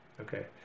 Okay